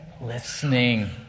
listening